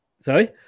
Sorry